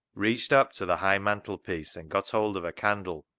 reached up to the high mantelpiece and got hold of a candle,